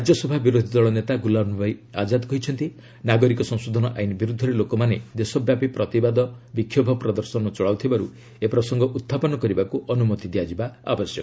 ରାଜ୍ୟସଭା ବିରୋଧୀ ଦଳ ନେତା ଗୁଲାମନବୀ ଆଜାଦ କହିଛନ୍ତି ନାଗରିକ ସଂଶୋଧନ ଆଇନ୍ ବିର୍ଦ୍ଧରେ ଲୋକମାନେ ଦେଶ ବ୍ୟାପୀ ପ୍ରତିବାଦ ବିକ୍ଷୋଭ ପ୍ରଦର୍ଶନ ଚଳାଉଥିବାରୁ ଏ ପ୍ରସଙ୍ଗ ଉତ୍ସାପନ କରିବାକୁ ଅନୁମତି ଦିଆଯିବା ଉଚିତ୍